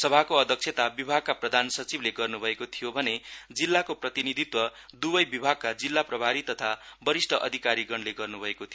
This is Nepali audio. सभाको अध्यक्षता विभागका प्रधान सचिवले गर्न् भएको थियो भने जिल्लाको प्रतिनिधित्व दुवै विभागका जिल्ला प्रभारी तथा वरिष्ठ अधिकारीगणले गर्न् भएको थियो